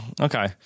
okay